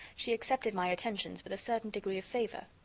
she accepted my attentions with a certain degree of favor.